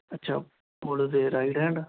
ਅੱਛਾ ਪੁੱਲ ਦੇ right hand